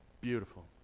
Beautiful